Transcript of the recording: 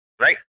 right